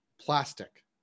plastic